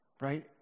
right